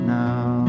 now